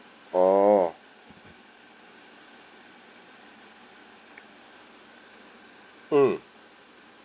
oh mm